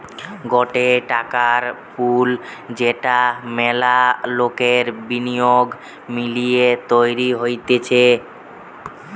গটে টাকার পুল যেটা মেলা লোকের বিনিয়োগ মিলিয়ে তৈরী হতিছে